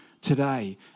today